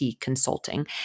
consulting